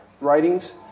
writings